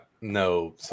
No